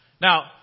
Now